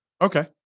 Okay